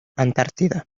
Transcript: antártida